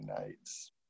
nights